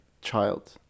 child